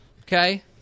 Okay